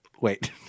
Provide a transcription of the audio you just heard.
Wait